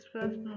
first